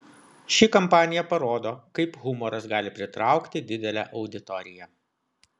ši kampanija parodo kaip humoras gali pritraukti didelę auditoriją